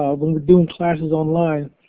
um when you're doing classes online,